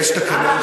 יש תקנון,